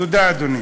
תודה, אדוני.